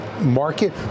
market